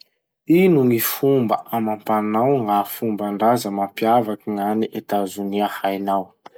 Ino gny fomba amam-panao na fomban-draza mampiavaky gn'any Etazonia hainao?